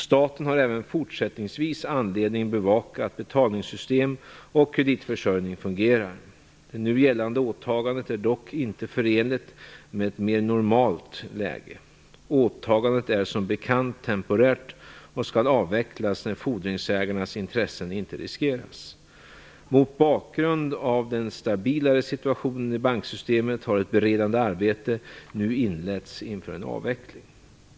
Staten har även fortsättningsvis anledning att bevaka att betalningssystem och kreditförsörjning fungerar. Det nu gällande åtagandet är dock inte förenligt med ett mer normalt läge. Åtagandet är som bekant temporärt och skall avvecklas när fordringsägarnas intressen inte riskeras. Mot bakgrund av den stabilare situationen i banksystemet har ett beredande arbete nu inletts inför en avveckling.